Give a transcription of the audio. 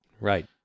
Right